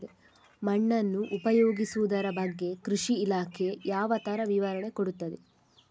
ಮಣ್ಣನ್ನು ಉಪಯೋಗಿಸುದರ ಬಗ್ಗೆ ಕೃಷಿ ಇಲಾಖೆ ಯಾವ ತರ ವಿವರಣೆ ಕೊಡುತ್ತದೆ?